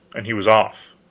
and he was off.